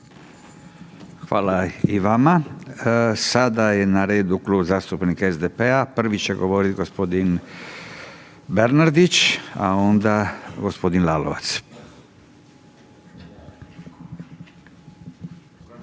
Hvala i vama. Sada je na redu Klub zastupnika SDP-a, prvi će govoriti gospodin Bernardić, a onda gospodin Lalovac.